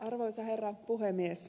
arvoisa herra puhemies